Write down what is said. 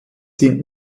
sind